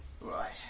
Right